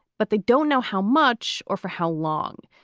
but they don't know how much or for how long.